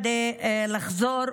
כדי לחזור.